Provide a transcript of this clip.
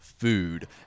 food